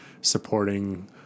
supporting